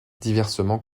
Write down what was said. diversement